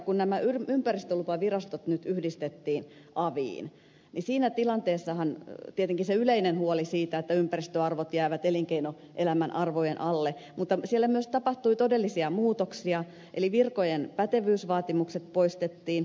kun nämä ympäristölupavirastot nyt yhdistettiin aviin niin siinä tilanteessahan tietenkin tuli se yleinen huoli siitä että ympäristöarvot jäävät elinkeinoelämän arvojen alle mutta siellä myös tapahtui todellisia muutoksia eli virkojen pätevyysvaatimukset poistettiin